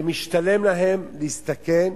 משתלם להם להסתכן,